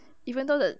even though the